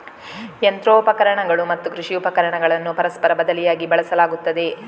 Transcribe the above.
ಯಂತ್ರೋಪಕರಣಗಳು ಮತ್ತು ಕೃಷಿ ಉಪಕರಣಗಳನ್ನು ಪರಸ್ಪರ ಬದಲಿಯಾಗಿ ಬಳಸಲಾಗುತ್ತದೆ